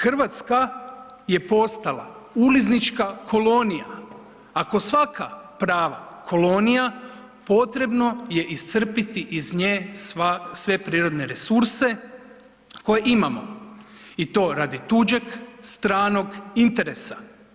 Hrvatska je postala uliznička kolonija, a ko svaka prava kolonija potrebno je iscrpiti iz nje sve prirodne resurse koje imamo i to radi tuđeg, stranog interesa.